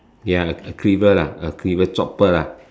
ya a cleaver lah a cleaver chopper lah